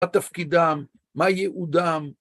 מה תפקידם? מה יעודם?